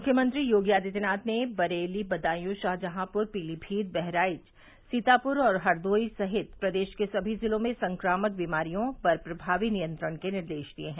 मुख्यमंत्री योगी आदित्यनाथ ने बरेली बदायूं शाहजहांपुर पीलीमीत बहराइच सीतापुर और हरदोई सहित प्रदेश के सभी जिलों में संक्रामक बीमारियों पर प्रमावी नियंत्रण के निर्देश दिये हैं